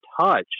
touched